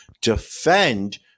defend